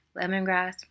lemongrass